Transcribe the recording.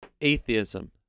atheism